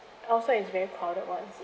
outside is very crowded [one]